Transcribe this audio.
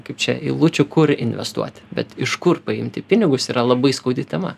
kaip čia eilučių kur investuoti bet iš kur paimti pinigus yra labai skaudi tema